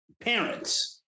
parents